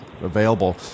available